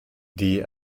die